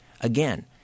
Again